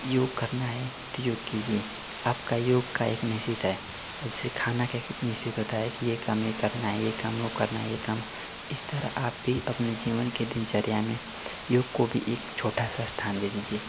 योग करना है तो योग कीजिए आपका योग का एक निश्चित हो जिसे खाना का एक निश्चित होता है कि यह कम यह करना है यह कम वह करना है यह काम इस तरह आप भी अपने जीवन के दिनचर्या में योग को भी एक छोटा सा स्थान दे दीजिए